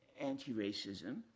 anti-racism